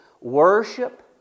Worship